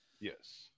Yes